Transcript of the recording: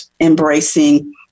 embracing